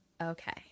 okay